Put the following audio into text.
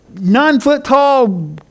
nine-foot-tall